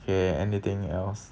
okay anything else